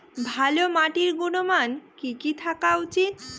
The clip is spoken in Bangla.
ভালো মাটির গুণমান কি কি থাকা উচিৎ?